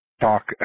talk